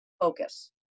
focus